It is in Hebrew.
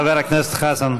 חבר הכנסת חזן,